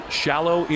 shallow